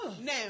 Now